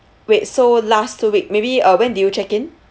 wait so last two week maybe uh when do you check-in